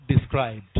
described